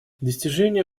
достижения